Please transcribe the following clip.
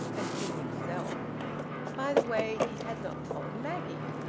and he himself by the way, he had not told maggie.